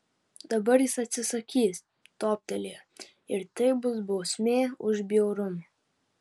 dabar jis atsisakys toptelėjo ir tai bus bausmė už bjaurumą